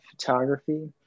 photography